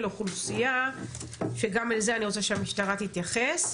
אוכלוסיה שגם על זה אני רוצה שהמשטרה תתייחס,